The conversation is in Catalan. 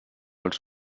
els